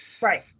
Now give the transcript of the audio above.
right